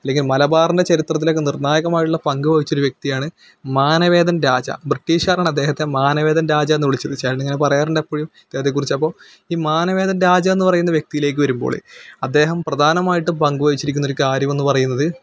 അല്ലെങ്കിൽ മലബാറിന്റെ ചരിത്രത്തിലേക്ക് നിര്ണ്ണായകമായിട്ടുള്ള പങ്ക് വഹിച്ചൊരു വ്യക്തിയാണ് മാനവേദൻ രാജ ബ്രിട്ടീഷുകാരാണ് അദ്ദേഹത്തെ മാനവേദൻ രാജ എന്ന് വിളിച്ചത് ചേട്ടനിങ്ങനെ പറയാറുണ്ട് എപ്പോഴും ഇദ്ദേഹത്തെക്കുറിച്ച് അപ്പോൾ ഈ മാനവേദൻ രാജ എന്ന് പറയുന്ന വ്യക്തിയിലേക്ക് വരുമ്പോൾ അദ്ദേഹം പ്രധാനമായിട്ടും പങ്ക് വഹിച്ചിരിക്കുന്ന ഒരു കാര്യമെന്ന് പറയുന്നത്